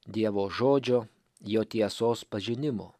dievo žodžio jo tiesos pažinimo